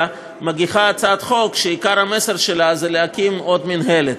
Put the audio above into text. מגיחה הצעת חוק שעיקר המסר שלה זה להקים עוד מינהלת.